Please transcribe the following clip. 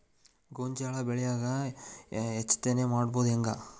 ಗೋಂಜಾಳ ಬೆಳ್ಯಾಗ ಹೆಚ್ಚತೆನೆ ಮಾಡುದ ಹೆಂಗ್?